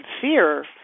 fear